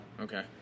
okay